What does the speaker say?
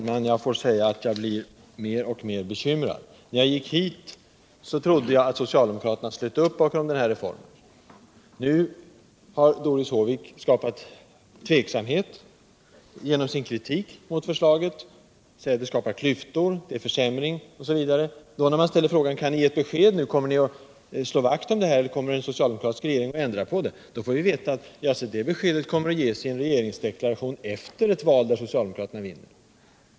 Herr talman! Jag blir mer och mer bekymrad. När jag gick hit trodde jag att socialdemokraterna slöt upp bakom den här reformen. Nu har Doris Håvik skapat tveksamhet genom sin kritik mot förslaget. Hon säger att det uppstår klyftor. att det blir en försämring osv. Då frågan ställs om socialdemokraterna nu kan ge ett besked om de i regeringsställning kommer att slå vakt om förslaget eHer om de kommer att ändra på det, får vi veta att ett sådant besked skall lämnas i en regeringsdeklaration efter ett val där socialdemokraterna har vunnit.